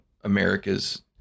America's